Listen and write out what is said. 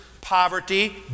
poverty